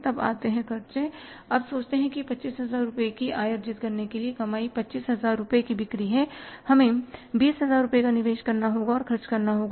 तब आते हैं खर्च अब सोचते हैं कि 25000 रुपये की आय अर्जित करने के लिए कमाई 25000 रुपये की बिक्री है हमें 20000 रुपये का निवेश करना होगा या खर्च करना होगा